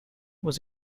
was